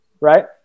right